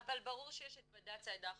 אבל ברור שיש את בד"צ העדה החרדית,